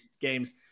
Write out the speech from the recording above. games